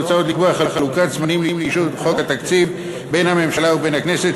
מוצע עוד לקבוע חלוקת זמנים לאישור חוק התקציב בין הממשלה ובין הכנסת,